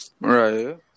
Right